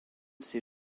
ces